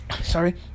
Sorry